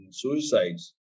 suicides